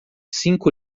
cinco